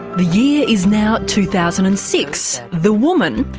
the year is now two thousand and six. the woman,